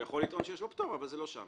הוא יכול לטעון שיש לו פטור, אבל זה לא שם.